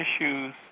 issues